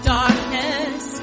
darkness